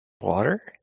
Water